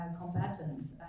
combatants